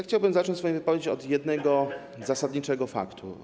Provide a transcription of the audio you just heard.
Chciałbym zacząć swoją wypowiedź od jednego zasadniczego faktu.